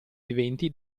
viventi